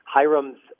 Hiram's